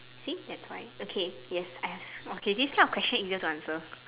see that's why okay yes I ask okay these kind of question easier to answer